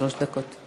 שלוש דקות.